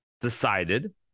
decided